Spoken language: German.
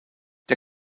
der